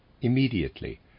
immediately